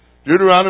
Deuteronomy